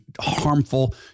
harmful